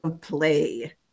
play